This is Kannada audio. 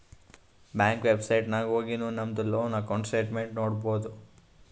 ಬ್ಯಾಂಕ್ ವೆಬ್ಸೈಟ್ ನಾಗ್ ಹೊಗಿನು ನಮ್ದು ಲೋನ್ ಅಕೌಂಟ್ ಸ್ಟೇಟ್ಮೆಂಟ್ ನೋಡ್ಬೋದು